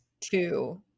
two